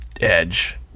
edge